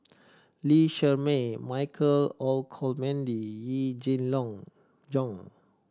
Lee Shermay Michael Olcomendy Yee Jenn long Jong